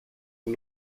dem